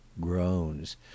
Groans